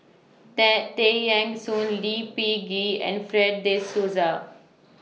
Tay Tay Eng Soon Lee Peh Gee and Fred De Souza